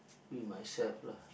be myself lah